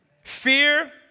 Fear